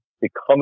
become